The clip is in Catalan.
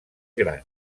grans